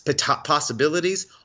possibilities